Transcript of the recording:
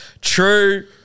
true